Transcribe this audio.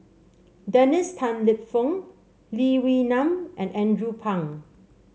Dennis Tan Lip Fong Lee Wee Nam and Andrew Phang